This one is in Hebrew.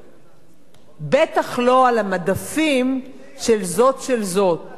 בטח לא על המדפים של זאת של זאת, או של האחרת.